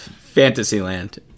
Fantasyland